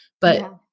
But-